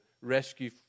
rescue